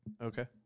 Okay